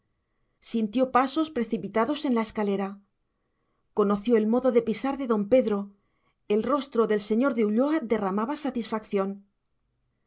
sintió pasos precipitados en la escalera conoció el modo de pisar de don pedro el rostro del señor de ulloa derramaba satisfacción